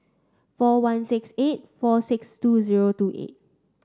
four one six eight four six two zero two eight